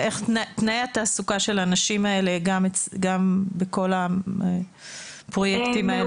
איך תנאי התעסוקה של הנשים האלה בכל הפרויקטים האלה?